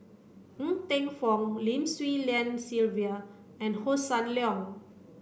Ng Teng Fong Lim Swee Lian Sylvia and Hossan Leong